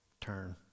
Turn